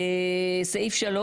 סעיף (3),